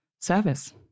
service